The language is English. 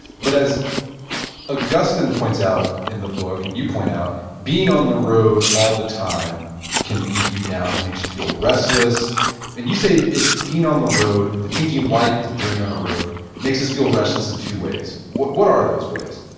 but as augustine points out in the book and you point out being on the road all the time can beat you down. it makes you feel restless and you say being on the road and the thinking of life is a journey on a road. it makes us feel restless in two ways. what what are those ways?